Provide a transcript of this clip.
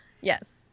Yes